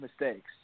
mistakes